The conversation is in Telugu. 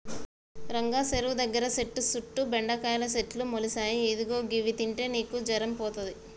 రంగా సెరువు దగ్గర సెట్టు సుట్టు బెండకాయల సెట్లు మొలిసాయి ఇదిగో గివి తింటే నీకు జరం పోతది